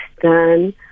done